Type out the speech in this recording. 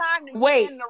wait